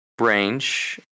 range